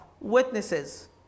witnesses